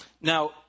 Now